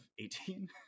18